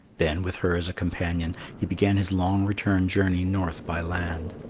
then, with her as a companion, he began his long return journey north by land.